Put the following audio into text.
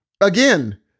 again